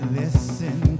listen